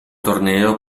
torneo